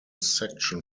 section